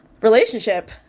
relationship